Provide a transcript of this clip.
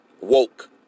woke